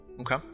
Okay